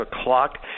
o'clock